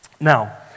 Now